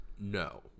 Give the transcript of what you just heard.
no